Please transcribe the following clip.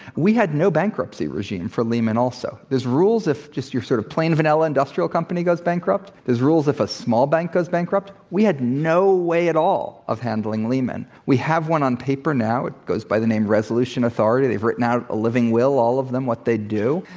we had no bankruptcy regime for lehman also. there's rules if just your sort of plain vanilla industrial goes bankrupt there's rules if a small bank goes bankrupt. we had no way at all of handling lehman. we have one on paper now. it goes by the name resolution authority. they've written out a living will, all of them, what they'd do.